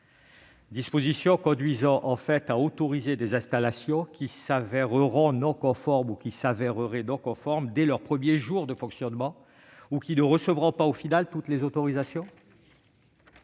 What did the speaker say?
dispositions conduiront en fait à autoriser des installations qui pourraient se révéler non conformes dès leur premier jour de fonctionnement ou qui ne recevront pas au final toutes les autorisations